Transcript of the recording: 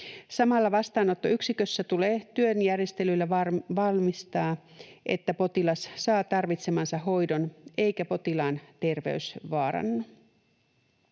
Samalla vastaanottoyksikössä tulee työn järjestelyillä varmistaa, että potilas saa tarvitsemansa hoidon eikä potilaan terveys vaarannu.